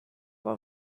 for